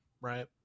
right